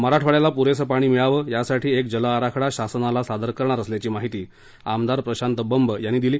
मराठवाड्याला पुरेसं पाणी मिळावं यासाठी एक जल आराखडा शासनाला सादर करणार असल्याची माहिती आमदार प्रशांत बंब यांनी दिली